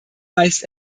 heißt